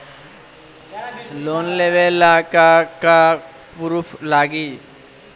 Loan लेबे ला का का पुरुफ लागि?